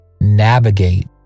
navigate